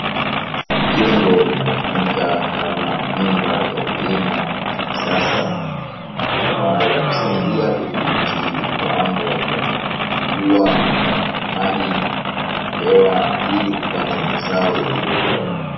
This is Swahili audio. Jengo linalotumika kama nyumba ya kilimo cha kisasa, ambayo husaidia kudhibiti viwango vya jua maji na hewa. Ili kupata mazao yaliyo bora.